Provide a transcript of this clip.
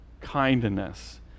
kindness